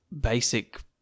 basic